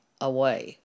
away